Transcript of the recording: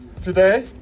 Today